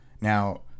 Now